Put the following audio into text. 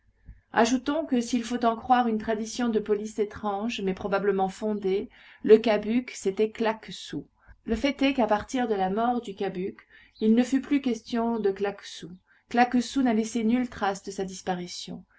ajoutons que s'il faut en croire une tradition de police étrange mais probablement fondée le cabuc c'était claquesous le fait est qu'à partir de la mort du cabuc il ne fut plus question de claquesous claquesous n'a laissé nulle trace de sa disparition